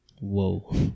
Whoa